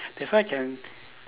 that's why can